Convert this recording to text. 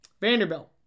Vanderbilt